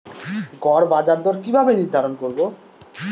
গড় বাজার দর কিভাবে নির্ধারণ করব?